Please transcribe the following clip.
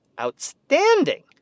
outstanding